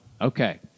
Okay